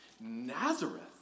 Nazareth